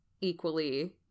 equally